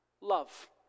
love